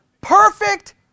Perfect